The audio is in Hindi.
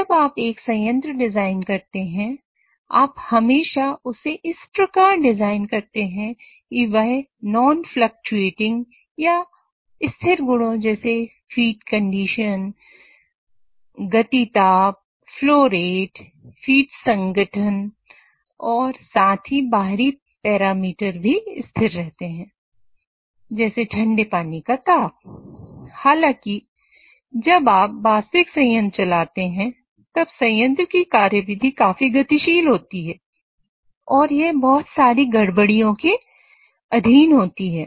जब आप एक संयंत्र डिजाइन करते हैं आप हमेशा उसे इस प्रकार डिजाइन करते हैं कि वह नॉन फ्लकचुएटिंग के अधीन होती है